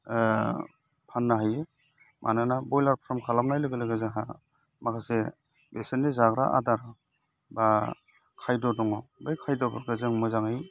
फाननो हायो मानोना बयलार फार्म खालामनाय लोगो लोगो जोंहा माखासे बेसेननि जाग्रा आदार बा खायद' दङ बै खायद'फोरखौ जों मोजाङै